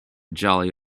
jolly